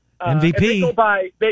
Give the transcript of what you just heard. MVP